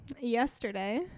Yesterday